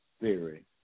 theory